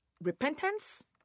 repentance